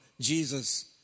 Jesus